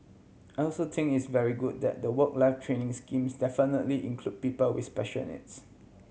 I also think it's very good that the training schemes definitively include people with special needs